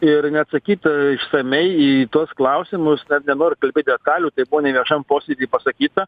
ir neatsakyta išsamiai į tuos klausimus na nenoriu kalbėt detalių tai buvo neviešam posėdy pasakyta